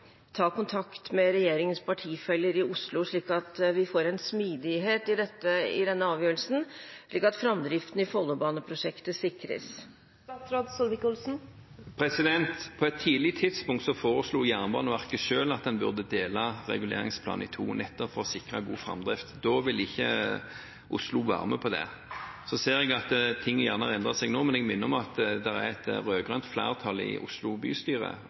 får en smidighet i denne avgjørelsen, slik at framdriften i Follobaneprosjektet sikres? På et tidlig tidspunkt foreslo Jernbaneverket selv å dele reguleringsplanen i to nettopp for å sikre god framdrift. Da ville ikke Oslo være med på det. Så ser jeg at ting endrer seg nå, men jeg minner om at det er et rød-grønt flertall i Oslo bystyre.